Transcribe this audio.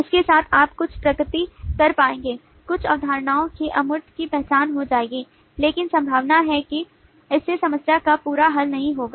इसके साथ आप कुछ प्रगति कर पाएंगे कुछ अवधारणाओं के अमूर्त की पहचान हो जाएगी लेकिन संभावना है कि इससे समस्या का पूरा हल नहीं होगा